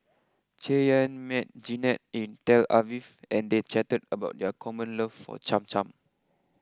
Cheyanne met Jeannette in Tel Aviv and they chatted about their common love for Cham Cham